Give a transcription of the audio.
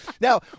Now